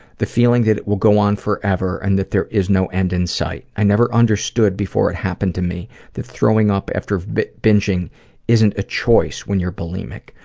the feeling that it will go on forever and that there is no end in sight. i never understood before it happened to me that throwing up after binging isn't a choice when you're bulimic.